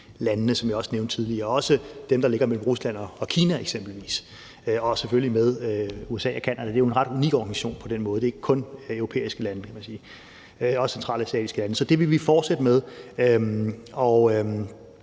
OSCE-landene, som jeg også nævnte tidligere, også dem, der eksempelvis ligger mellem Rusland og Kina, og selvfølgelig med USA og Canada. Det er jo en ret unik organisation på den måde, at det ikke kun er europæiske lande, kan man sige, men også centralasiatiske lande. Så det vil vi fortsætte med, og